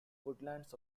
woodlands